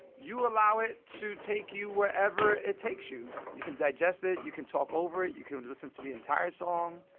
you allow it to take you wherever it takes you. you can digest it. you can talk over it. you can listen to the entire song.